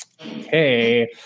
Okay